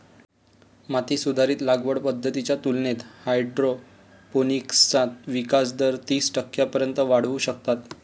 माती आधारित लागवड पद्धतींच्या तुलनेत हायड्रोपोनिक्सचा विकास दर तीस टक्क्यांपर्यंत वाढवू शकतात